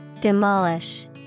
Demolish